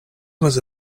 was